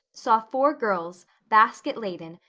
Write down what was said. saw four girls, basket laden,